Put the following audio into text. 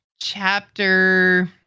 chapter